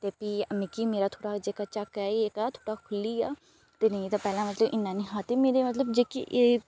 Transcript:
ते भी मिगी थोह्ड़ा जेह्का मेरा झक्क ऐ एह् जेह्का थोह्ड़ा खु'ल्ली आ ते नेईं ते पैह्लें मतलब इन्ना निं हा ते मेरी मतलब जेह्की एह्